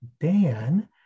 Dan